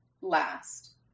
last